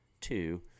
two